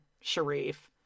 Sharif